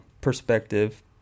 perspective